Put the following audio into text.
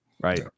right